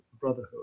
brotherhood